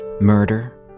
murder